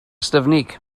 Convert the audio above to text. ystyfnig